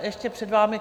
Ještě před vámi...